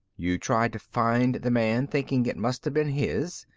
you tried to find the man, thinking it must have been his.